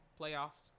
playoffs